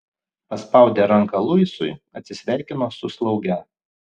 paspaudė ranką luisui atsisveikino su slauge